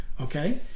Okay